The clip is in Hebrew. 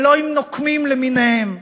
ולא עם נוקמים למיניהם.